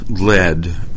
led